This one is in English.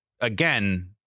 again